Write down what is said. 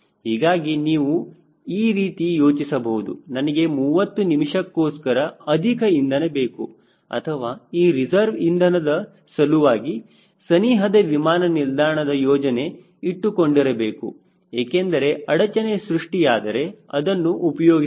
ಹೀಗಾಗಿ ನೀವು ಈ ರೀತಿ ಯೋಚಿಸಬಹುದು ನನಗೆ 30 ನಿಮಿಷಕ್ಕೂಸ್ಕರ ಅಧಿಕ ಇಂಧನ ಬೇಕು ಅಥವಾ ಈ ರಿಸರ್ವ್ ಇಂಧನದ ಸಲುವಾಗಿ ಸನಿಹದ ವಿಮಾನ ನಿಲ್ದಾಣದ ಯೋಜನೆ ಇಟ್ಟುಕೊಂಡಿರಬೇಕು ಏಕೆಂದರೆ ಅಡಚಣೆ ಸೃಷ್ಟಿಯಾದರೆ ಅದನ್ನು ಉಪಯೋಗಿಸಬಹುದು